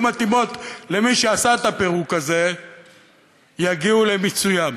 מתאימות למי שעשה את הפירוק הזה יגיעו למיצוין.